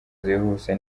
zihuse